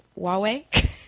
Huawei